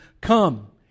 Come